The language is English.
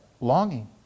longing